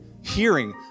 hearing